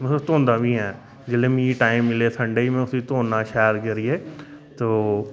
मैं उसी धोंदा बी ऐ जेल्लै मिगी टाइम मिले संडे गी मैं उसी धोना शैल करियै ते ओह्